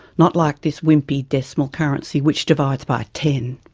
not like this wimpy decimal currency which divides by ten.